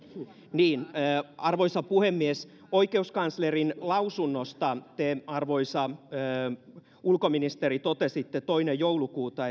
niin arvoisa puhemies oikeuskanslerin lausunnosta te arvoisa ulkoministeri sanoitte toinen joulukuuta